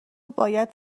باید